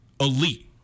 elite